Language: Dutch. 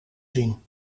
zien